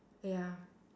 ya